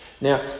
Now